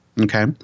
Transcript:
okay